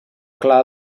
clar